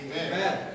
Amen